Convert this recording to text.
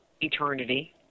eternity